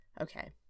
okay